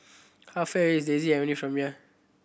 how far is Daisy Avenue from here